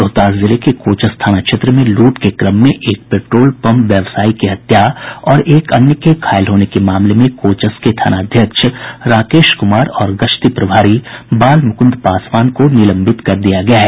रोहतास जिले के कोचस थाना क्षेत्र में लूट के क्रम में एक पेट्रोल पंप व्यवसायी की हत्या और एक अन्य के घायल होने के मामले में कोचस के थानाध्यक्ष राकेश कुमार और गश्ती प्रभारी बालमुकुन्द पासवान को निलंबित कर दिया गया है